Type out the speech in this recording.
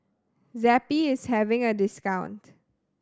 zappy is having a discount